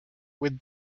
with